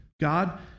God